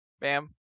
bam